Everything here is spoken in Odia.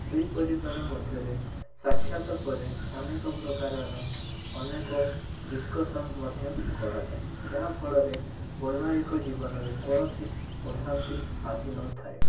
ଦୁଇ ପରିବାର ମଧ୍ୟରେ ସାକ୍ଷାତ ପରେ ଅନେକପ୍ରକାରର ଅନେକ ଡିସ୍କସନ୍ ମଧ୍ୟ କରାଯାଏ ଯାହା ଫଳରେ ବୈବାହିକ ଜୀବନରେ କୌଣସି ଅଶାନ୍ତି ଆସି ନଥାଏ